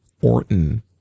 Orton